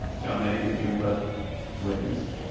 john, any that you've ah witnessed?